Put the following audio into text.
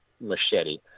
machete